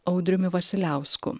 audriumi vasiliausku